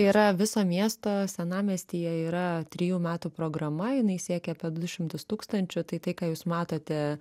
yra viso miesto senamiestyje yra trijų metų programa jinai siekia apie du šimtus tūkstančių tai tai ką jūs matote